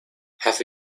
have